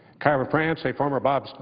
kyra france, a former bob